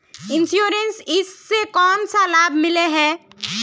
Insurance इस से कोन सा लाभ मिले है?